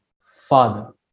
father